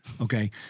Okay